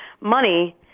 money